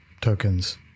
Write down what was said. tokens